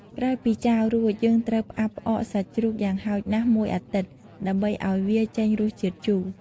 ក្រោយពីចាវរួច យើងត្រូវផ្អាប់ផ្អកសាច់ជ្រូកយ៉ាងហោចណាស់១អាទិត្យ ដើម្បីឱ្យវាចេញរសជាតិជូរ។